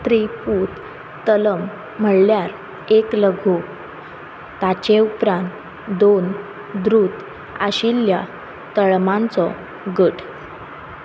त्रीपूत तलम म्हणल्यार एक लघो ताचे उपरांत दोन दूत आशिल्ल्या तळमांचो गट